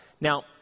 Now